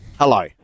Hello